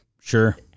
Sure